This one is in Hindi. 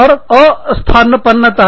और अनिरंतरता